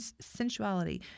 sensuality